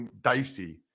dicey